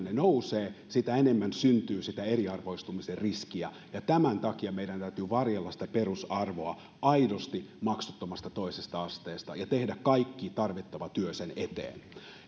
ne nousevat sitä enemmän syntyy sitä eriarvoistumisen riskiä tämän takia meidän täytyy varjella sitä perusarvoa aidosti maksuttomasta toisesta asteesta ja tehdä kaikki tarvittava työ sen eteen